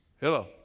hello